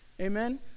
Amen